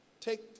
take